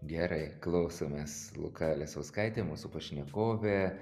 gerai klausomės luka lesauskaitė mūsų pašnekovė